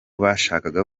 bashaka